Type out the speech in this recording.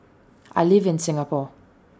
I live in Singapore